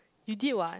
you did [what]